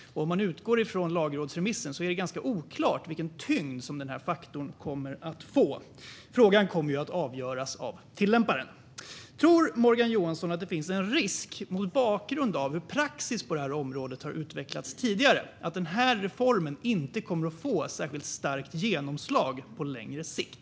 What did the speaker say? Om man utgår från lagrådsremissen är det ganska oklart vilken tyngd som den faktorn kommer att få. Frågan kommer ju att avgöras av tillämparen. Tror Morgan Johansson att det finns en risk, mot bakgrund av hur praxis på detta område har utvecklats tidigare, att denna reform inte kommer att få särskilt starkt genomslag på längre sikt?